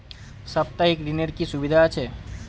সাপ্তাহিক ঋণের কি সুবিধা আছে?